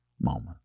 moment